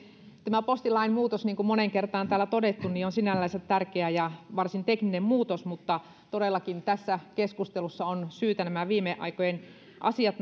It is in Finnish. tämä postilain muutos niin kuin moneen kertaan on täällä todettu on sinällänsä tärkeä ja varsin tekninen muutos mutta todellakin tässä keskustelussa on syytä nämä viime aikojen asiat